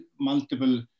multiple